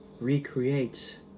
recreate